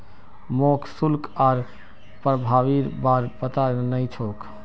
मोक शुल्क आर प्रभावीर बार पता नइ छोक